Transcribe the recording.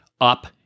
up